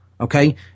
okay